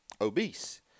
obese